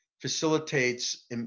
facilitates